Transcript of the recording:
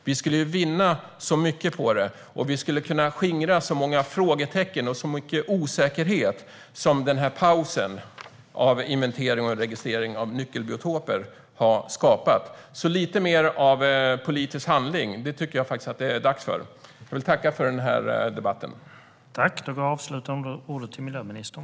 Vi skulle vinna så mycket på det, och vi skulle skingra så många frågetecken och mycket osäkerhet som den här pausen av inventering och registrering av nyckelbiotoper har skapat. Jag tycker att det är dags för lite mer av politisk handling. Jag vill tacka för den här debatten.